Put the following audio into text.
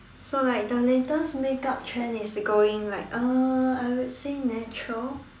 so like the latest make up trend is going like uh I would say natural